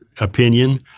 opinion